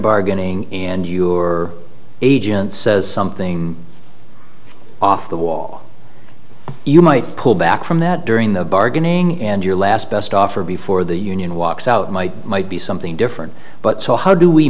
bargaining and your agent says something off the wall you might pull back from that during the bargaining and your last best offer before the union walks out might might be something different but so how do we